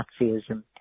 Nazism